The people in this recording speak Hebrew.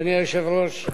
אדוני היושב-ראש,